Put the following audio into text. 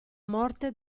morte